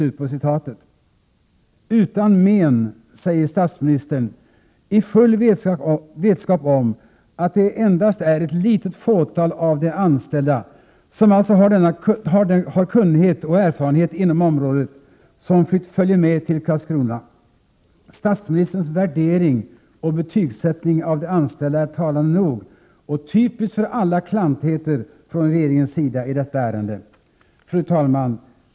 ”Utan men” säger statsministern i full vetskap om att det är endast ett litet fåtal som följer med till Karlskrona av de anställda som har kunnighet och erfarenhet inom området. Statsministerns värdering och betygsättning av de anställda är talande nog och typisk för alla klantigheter från regeringens sida i detta ärende. Fru talman!